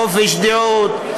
חופש דעות.